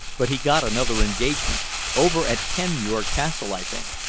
but he'd got another engagement over at kenmure castle, i think.